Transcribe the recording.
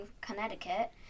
Connecticut